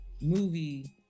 movie